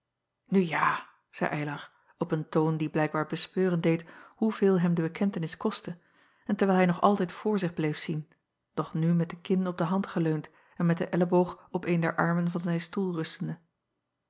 u ja zeî ylar op een toon die blijkbaar bespeuren deed hoeveel hem de bekentenis kostte en terwijl hij nog altijd voor zich bleef zien doch nu met de kin op de hand geleund en met den elboog op een der armen van zijn stoel rustende